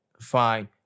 fine